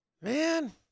Man